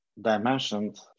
dimensioned